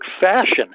fashion